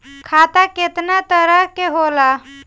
खाता केतना तरह के होला?